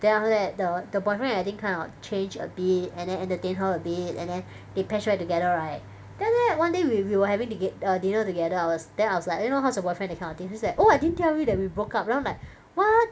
then after that the the boyfriend I think kind of change a bit and then entertain her a bit and then they patched back together right then after that one day we we were having to get d~ dinner together I was then I was like you know how's your boyfriend that kind of thing she's like oh I didn't tell you that we broke up then I'm like what